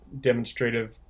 demonstrative